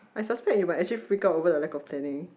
I suspect you might actually freak out over the lack of planning